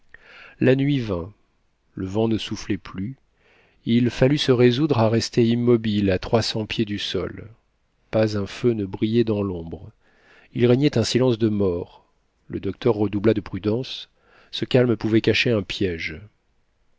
la nuit vint le vent ne soufflait plus il fallut se résoudre à rester immobile à trois cents pieds du sol pas un feu ne brillait dans l'ombre il régnait un silence de mort le docteur redoubla de prudence ce calme pouvait cacher un piège